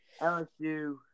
LSU